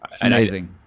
Amazing